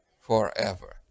Forever